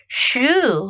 shoe